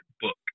book